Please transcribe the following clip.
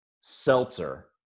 seltzer